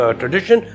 tradition